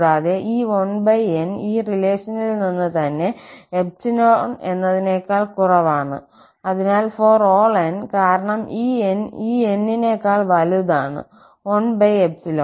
കൂടാതെ ഈ 1n ഈ റിലേഷനിൽ നിന്ന് തന്നെ 𝜖 എന്നതിനേക്കാൾ കുറവാണ് അതിനാൽ ∀n കാരണം ഈ 𝑁 ഈ N നേക്കാൾ വലുതാണ് 1∈